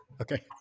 Okay